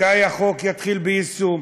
מתי החוק יתחיל ביישום?